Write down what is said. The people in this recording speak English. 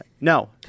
no